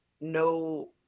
no